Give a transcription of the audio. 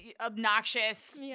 obnoxious